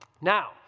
Now